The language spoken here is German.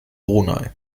brunei